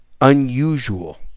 unusual